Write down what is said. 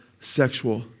sexual